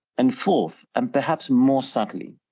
and fourth and perhaps more subtly.